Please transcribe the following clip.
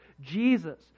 Jesus